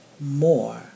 more